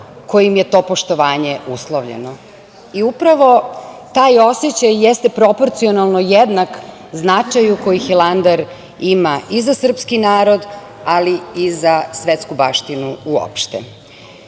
kojim je to poštovanje uslovljeno? I upravo taj osećaj jeste proporcionalno jednak značaju koji Hilandar ima i za srpski narod, ali i za svetsku baštinu uopšte. Zato